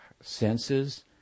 senses